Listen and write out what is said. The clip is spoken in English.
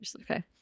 Okay